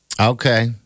Okay